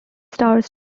stars